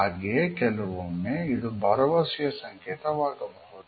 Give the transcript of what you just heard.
ಹಾಗೆಯೇ ಕೆಲವೊಮ್ಮೆ ಇದು ಭರವಸೆಯ ಸಂಕೇತ ವಾಗಬಹುದು